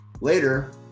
Later